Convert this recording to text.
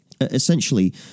Essentially